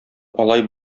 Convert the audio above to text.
алай